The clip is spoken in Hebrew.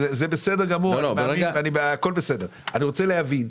אבל אני רוצה להבין: